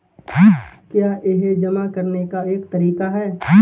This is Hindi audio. क्या यह जमा करने का एक तरीका है?